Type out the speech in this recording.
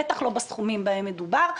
בטח לא בסכומים שבהם מדובר.